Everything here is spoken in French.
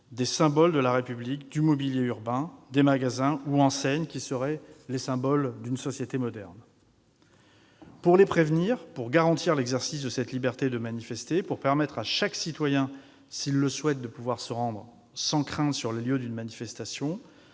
des symboles de la République, du mobilier urbain ou des magasins ou enseignes qui seraient les symboles d'une société moderne. Pour les prévenir, pour garantir l'exercice de la liberté de manifester en permettant à chaque citoyen, s'il le souhaite, de se rendre sans crainte sur les lieux d'une manifestation,